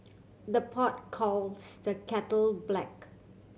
the pot calls the kettle black